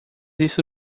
isso